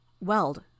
Weld